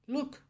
Look